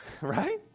Right